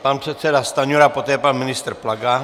Pan předseda Stanjura, poté pan ministr Plaga.